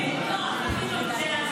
השר ביטון,